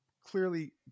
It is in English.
clearly